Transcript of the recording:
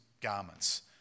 garments